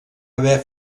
haver